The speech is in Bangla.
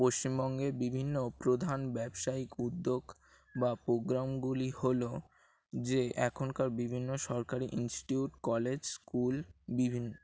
পশ্চিমবঙ্গে বিভিন্ন প্রধান ব্যবসায়িক উদ্যোগ বা প্রোগ্রামগুলি হলো যে এখনকার বিভিন্ন সরকারি ইনস্টিটিউট কলেজ স্কুল বিভিন্ন